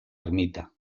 ermita